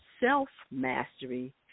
self-mastery